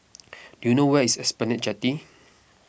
do you know where is Esplanade Jetty